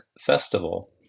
Festival